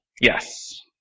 Yes